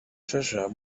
treasure